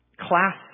class